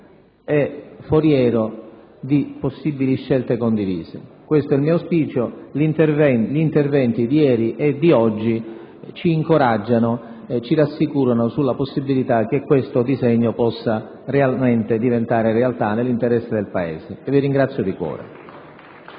e foriero di possibili scelte condivise. Questo è il mio auspicio. Gli interventi di ieri e di oggi ci incoraggiano e ci rassicurano sulla possibilità che questo disegno possa davvero diventare realtà nell'interesse del nostro Paese. Vi ringrazio di cuore.